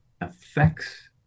affects